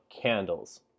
candles